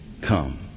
come